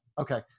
Okay